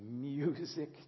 music